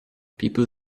people